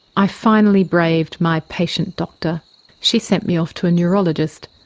i finally braved my patient doctor. she sent me off to a neurologist,